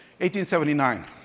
1879